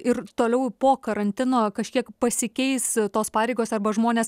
ir toliau po karantino kažkiek pasikeis tos pareigos arba žmonės